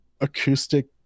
acoustic